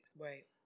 Right